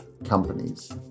companies